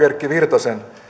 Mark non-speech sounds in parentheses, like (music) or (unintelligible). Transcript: (unintelligible) erkki virtasen